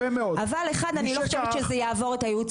אבל אני לא חושב שזה יעבור את הייעוץ